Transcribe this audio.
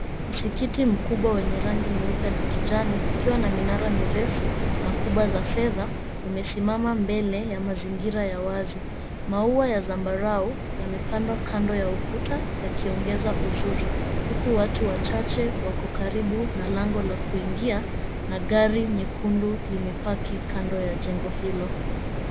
Msikiti mkubwa wenye rangi nyeupe na kijani ukiwa na minara mirefu na kubwa za fedha umesimama mbele ya mazingira ya wazi. Maua ya zambarau yamepandwa kando ya ukuta yakiongeza uzuri huku watu wachache wako karibu na lango wa kuingia na gari nyekundu limepaki kando ya jengo hilo.